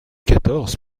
quatorze